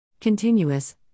Continuous